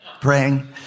praying